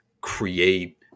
create